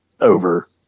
over